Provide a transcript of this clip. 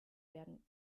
werden